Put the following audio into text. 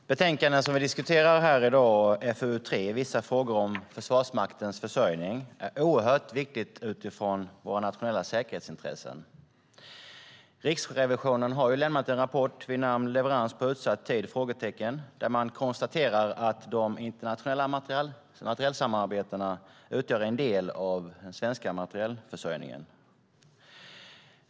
Herr talman! Betänkandet som vi diskuterar i dag, FöU3 Vissa frågor om försvarsmaktens försörjning , är oerhört viktigt för våra nationella säkerhetsintressen. Riksrevisionen har lämnat en rapport, Leverans på utsatt tid? , där man konstaterar att de internationella materielsamarbetena utgör en del av det svenska försvarets materielförsörjning.